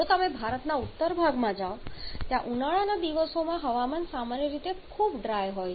જો તમે ભારતના ઉત્તર ભાગમાં જાવ ત્યાં ઉનાળાના દિવસોમાં હવામાન સામાન્ય રીતે ખૂબ ડ્રાય હોય છે